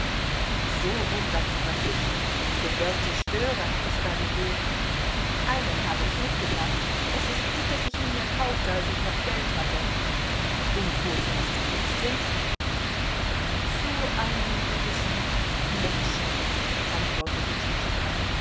so wunderbare fische und gedörrte störe hat es da gegeben einen habe ich mitgebracht es ist gut daß ich ihn mir kaufte als ich noch geld hatte und wo fährst du jetzt hin zu einem gewissen menschen antwortete